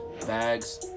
bags